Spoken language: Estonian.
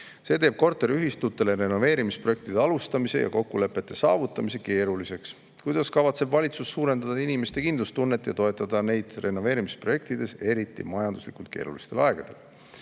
See teeb korteriühistutele renoveerimisprojektide alustamise ja kokkulepete saavutamise keeruliseks. Kuidas kavatseb valitsus suurendada inimeste kindlustunnet ja toetada neid renoveerimisprojektides, eriti majandusli[kult] keerulistel aegadel?"